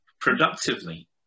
productively